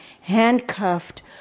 handcuffed